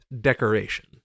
decoration